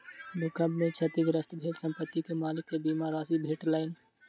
भूकंप में क्षतिग्रस्त भेल संपत्ति के मालिक के बीमा राशि भेटलैन